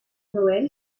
noël